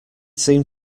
seem